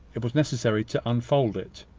it was necessary to unfold it.